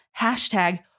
hashtag